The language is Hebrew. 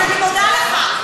אני מודה לך.